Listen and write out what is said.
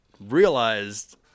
Realized